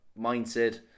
Mindset